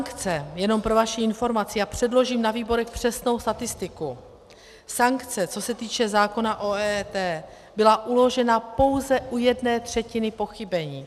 Sankce jenom pro vaši informaci, a předložím na výborech přesnou statistiku , co se týče zákona o EET, byla uložena pouze u jedné třetiny pochybení.